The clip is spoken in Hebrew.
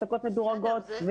הפסקות מדורגות,